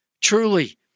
Truly